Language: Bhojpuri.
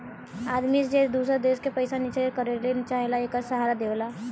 आदमी जे दूसर देश मे पइसा निचेस करे के चाहेला, एकर सहारा लेवला